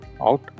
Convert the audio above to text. out